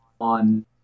on